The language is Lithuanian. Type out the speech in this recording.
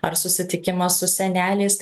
ar susitikimas su seneliais